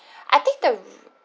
I think the